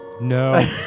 No